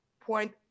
point